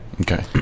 Okay